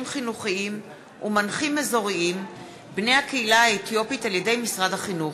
חינוכיים ומנחים אזוריים בני הקהילה האתיופית על-ידי משרד החינוך.